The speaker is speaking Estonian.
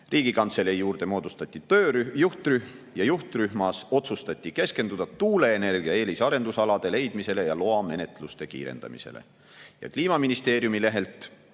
Riigikantselei juurde moodustati juhtrühm, kus "otsustati keskenduda tuuleenergia eelisarendusalade leidmisele ja loamenetluste kiirendamisele." Kliimaministeeriumi lehelt